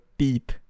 teeth